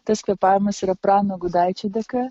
tas kvėpavimas yra prano gudaičio dėka